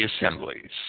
assemblies